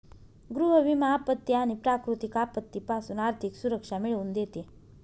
गृह विमा आपत्ती आणि प्राकृतिक आपत्तीपासून आर्थिक सुरक्षा मिळवून देते